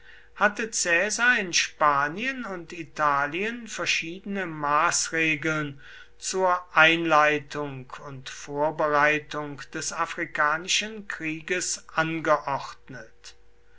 hatte caesar in spanien und italien verschiedene maßregeln zur einleitung und vorbereitung des afrikanischen krieges angeordnet